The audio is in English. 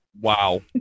Wow